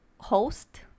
host